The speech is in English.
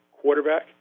quarterback